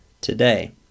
today